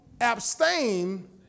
abstain